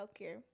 healthcare